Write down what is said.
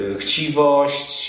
chciwość